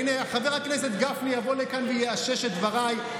הינה, חבר הכנסת גפני יבוא לכאן ויאשש את דבריי.